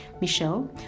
michelle